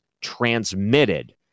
transmitted